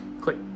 Click